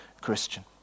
Christian